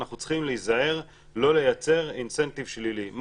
אנחנו צריכים להיזהר לא לייצר אינסנטיב שלילי.